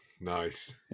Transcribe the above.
Nice